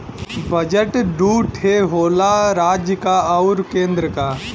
budget दू ठे होला राज्य क आउर केन्द्र क